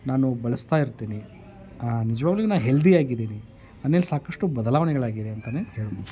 ನಾನು ಬಳಸ್ತಾ ಇರ್ತೀನಿ ನಿಜವಾಗ್ಲು ನಾ ಹೆಲ್ದಿಯಾಗಿದ್ದೀನಿ ನನ್ನಲ್ಲಿ ಸಾಕಷ್ಟು ಬದಲಾವಣೆಗಳಾಗಿದೆ ಅಂತಲೇ ಹೇಳ್ಬೋದು